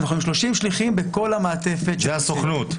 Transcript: אנחנו עם 30 שליחים בכל המעטפת --- זה הסוכנות.